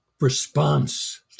response